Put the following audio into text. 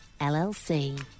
LLC